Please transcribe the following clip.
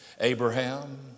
Abraham